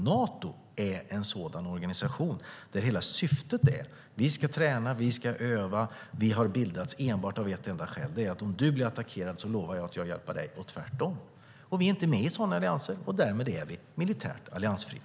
Nato är en sådan organisation där hela syftet är: Vi ska träna, och vi ska öva. Vi har bildats av ett enda skäl. Om du blir attackerad så lovar jag att hjälpa dig, och tvärtom. Vi är inte med i sådana allianser, och därmed är vi militärt alliansfria.